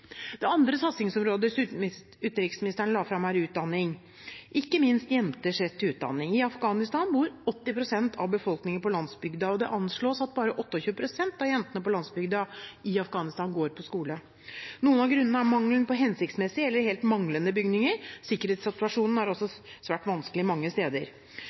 Det andre satsingsområdet utenriksministeren la fram, var utdanning, ikke minst jenters rett til utdanning. I Afghanistan bor 80 pst. av befolkningen på landsbygda, og det anslås at bare 28 pst. av jentene på landsbygda i Afghanistan går på skole. Noen av grunnene er mangelen på hensiktsmessige eller helt manglende bygninger. Sikkerhetssituasjonen er også svært vanskelig mange steder.